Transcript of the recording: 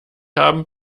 haben